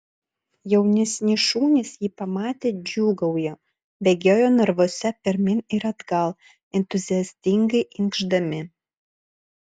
jaunesni šunys jį pamatę džiūgauja bėgioja narvuose pirmyn ir atgal entuziastingai inkšdami